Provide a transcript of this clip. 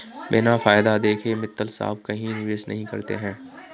बिना फायदा देखे मित्तल साहब कहीं निवेश नहीं करते हैं